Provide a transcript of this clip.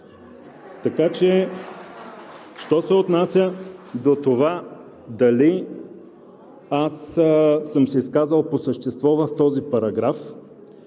ГЕРБ.) Що се отнася до това дали аз съм се изказал по същество в този параграф,